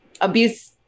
abuse